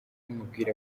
nkubwira